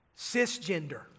Cisgender